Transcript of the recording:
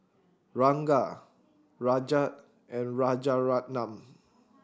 Ranga Rajat and Rajaratnam